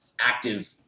active